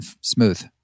smooth